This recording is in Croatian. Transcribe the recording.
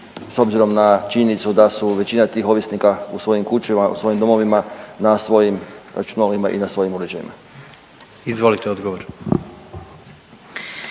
s obzirom na činjenicu da su većina tih ovisnika u svojim kućama, u svojim domovima, na svojim računalima i na svojim uređajima. **Jandroković,